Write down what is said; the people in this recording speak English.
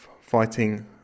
fighting